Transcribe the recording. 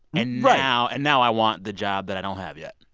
and now and now i want the job that i don't have yet.